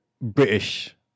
British